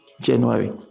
January